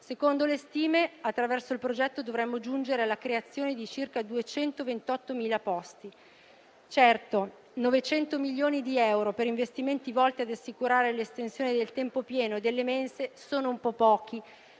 Secondo le stime, attraverso il progetto dovremmo giungere alla creazione di circa 228.000 posti. Certo, 900 milioni di euro per investimenti volti ad assicurare l'estensione del tempo pieno e delle mense sono un po' pochi,